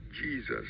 Jesus